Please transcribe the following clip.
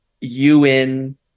UN